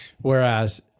Whereas